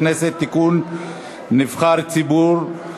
תוקפן של תקנות שעת-חירום (יהודה והשומרון,